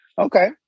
Okay